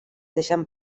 deixen